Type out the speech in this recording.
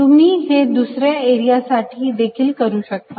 तुम्ही हे दुसऱ्या एरिया साठी देखील करू शकता